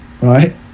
right